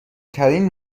ترین